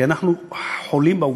הגורם,